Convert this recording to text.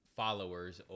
followers